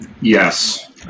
yes